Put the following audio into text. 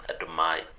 admire